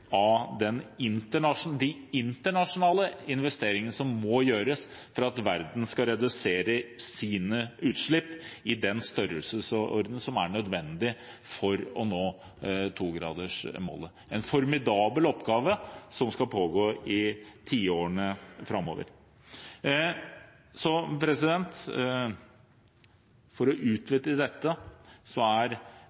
av de internasjonale investeringene som må gjøres for at verden skal redusere sine utslipp i den størrelsesordenen som er nødvendig for å nå togradersmålet. Det er en formidabel oppgave, som skal pågå i tiårene framover. For å utvikle dette